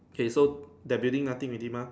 okay so that building nothing already mah